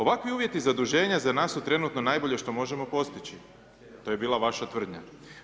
Ovakvi uvjeti zaduženja za nas su trenutno najbolje što možemo postići, to je bila vaša tvrdnja.